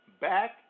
back